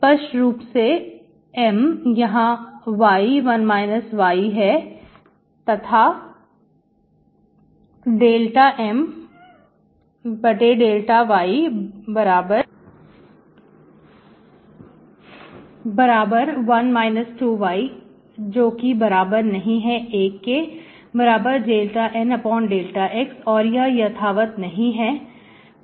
स्पष्ट रूप से M y1 y है तथा ∂M∂y1 2y≠1∂N∂x और यह यथावत नहीं है